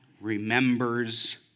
remembers